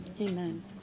Amen